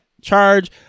charge